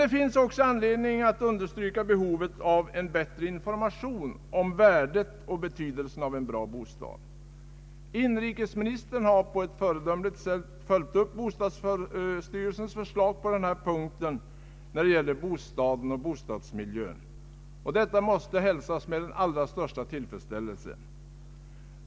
Det finns också anledning att understryka behovet av en bättre information om värdet och betydelsen av en bra bostad. Inrikesministern har på ett föredömligt sätt följt upp bostadsstyrelsens förslag på denna punkt vad gäller bostaden och bostadsmiljön. Detta måste hälsas med den allra största tillfredsställelse.